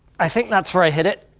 i think that's where i hit it.